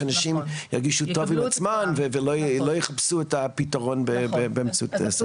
שאנשים ירגישו טוב עם עצמם ולא יחפשו את הפתרון באמצעות סמים.